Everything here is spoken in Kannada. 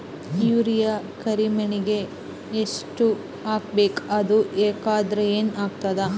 ಯೂರಿಯ ಕರಿಮಣ್ಣಿಗೆ ಎಷ್ಟ್ ಹಾಕ್ಬೇಕ್, ಅದು ಹಾಕದ್ರ ಏನ್ ಆಗ್ತಾದ?